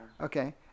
Okay